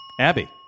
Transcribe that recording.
Abby